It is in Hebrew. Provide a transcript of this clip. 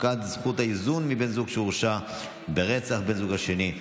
הפקעת זכות האיזון מבן זוג שהורשע ברצח בן הזוג השני),